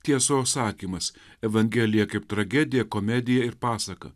tiesos sakymas evangelija kaip tragedija komedija ir pasaka